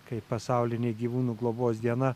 kaip pasaulinė gyvūnų globos diena